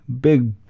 big